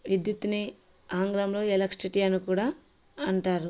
విద్యుత్ని ఆంగ్లంలో ఎలెక్ట్రిసిటీ అని కూడా అంటారు